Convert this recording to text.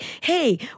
Hey